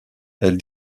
elle